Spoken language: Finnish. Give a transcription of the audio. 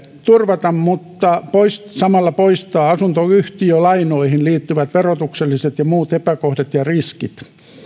turvata mutta samalla poistaa asuntoyhtiölainoihin liittyvät verotukselliset ja muut epäkohdat ja riskit